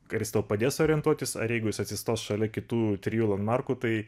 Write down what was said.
kuris tau padės orientuotis ar jeigu jis atsistos šalia kitų trijų landmarkų tai